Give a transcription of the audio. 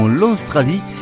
l'Australie